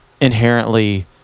inherently